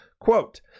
Quote